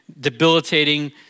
debilitating